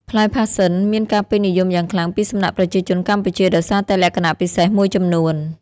ផ្លែផាសសិនមានការពេញនិយមយ៉ាងខ្លាំងពីសំណាក់ប្រជាជនកម្ពុជាដោយសារតែលក្ខណៈពិសេសមួយចំនួន។